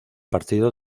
partido